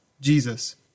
Jesus